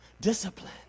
Discipline